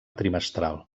trimestral